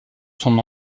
son